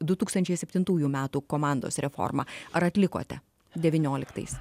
du tūkstančiai septintųjų metų komandos reformą ar atlikote devynioliktais